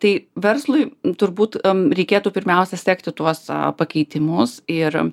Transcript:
tai verslui turbūt reikėtų pirmiausia sekti tuos pakeitimus ir